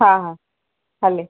हा हा हले